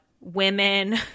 women